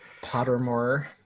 Pottermore